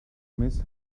miss